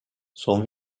son